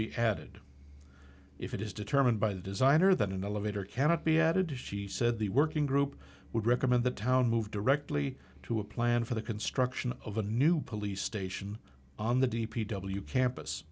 be added if it is determined by the designer than an elevator cannot be added to she said the working group would recommend the town move directly to a plan for the construction of a new police station on the d p w campus